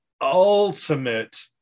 ultimate